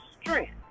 strength